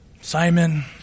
Simon